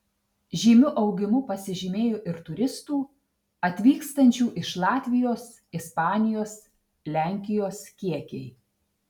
žymiu augimu pasižymėjo ir turistų atvykstančių iš latvijos ispanijos lenkijos kiekiai